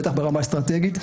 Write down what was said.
בטח ברמה האסטרטגית,